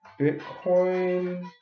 bitcoin